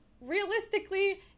realistically